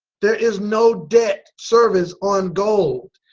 there is no debt service on gold.